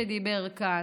שדיבר כאן.